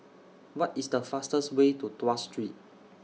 What IS The fastest Way to Tuas Street